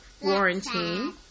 quarantine